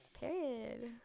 period